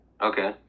Okay